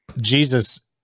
jesus